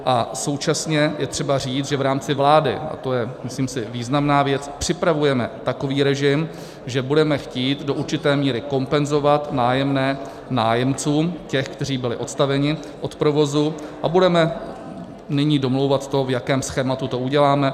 A současně je třeba říct, že v rámci vlády, taková, myslím si, významná věc, připravujeme takový režim, že budeme chtít do určité míry kompenzovat nájemné nájemcům, těm, kteří byli odstaveni od provozu, a budeme nyní domlouvat to, v jakém schématu to uděláme.